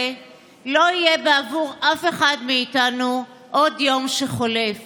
לא יהיה בעבור אף אחד מאיתנו עוד יום שחולף